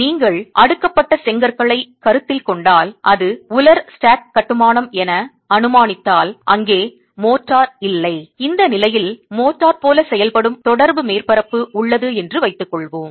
நீங்கள் அடுக்கப்பட்ட செங்கற்களை கருத்தில் கொண்டால் அது உலர் ஸ்டேக் கட்டுமானம் என அனுமானித்தால் அங்கே காரை சுண்ணாம்புக் கலவை இல்லை இந்த நிலையில் காரை சுண்ணாம்புக் கலவை போல செயல்படும் தொடர்பு மேற்பரப்பு உள்ளது என்று வைத்துக்கொள்வோம்